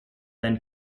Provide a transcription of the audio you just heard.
then